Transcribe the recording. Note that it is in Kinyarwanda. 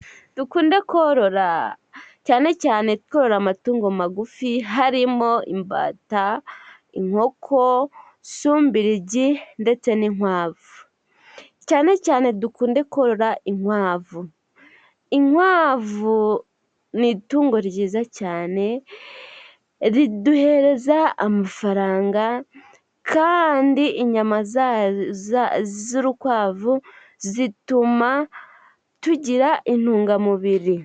Dukunde korora, cyane cyane korora amatungo magufi harimo: imbata, inkoko, sumbirigi ndetse n'inkwavu . Cyane cyane dukunde korora inkwavu. Inkwavu ni itungo ryiza cyane, riduhereza amafaranga, kandi inyama z'urukwavu zituma tugira intungamubiri.